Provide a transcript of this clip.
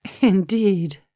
Indeed